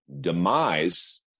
demise